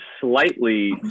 slightly